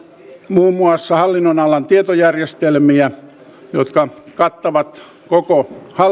muun muassa hallinnonalan tietojärjestelmiä jotka kattavat koko hallinnonalan